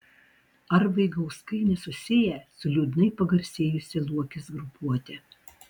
ar vaigauskai nesusiję su liūdnai pagarsėjusia luokės grupuote